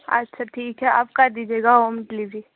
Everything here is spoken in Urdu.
اچھا ٹھیک ہے آپ کر دیجیے گا ہوم ڈلیوری